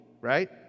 right